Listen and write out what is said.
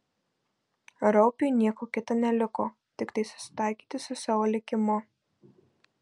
raupiui nieko kita neliko tiktai susitaikyti su savo likimu